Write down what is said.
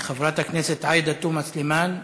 חברת הכנסת עאידה תומא סלימאן,